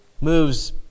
moves